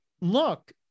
look